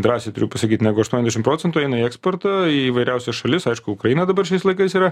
drąsiai turiu pasakyt negu aštuoniasdešimt procentų eina į eksportą į įvairiausias šalis aišku ukraina dabar šiais laikais yra